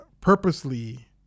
purposely